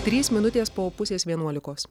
trys minutės po pusės vienuolikos